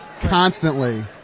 constantly